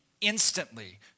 instantly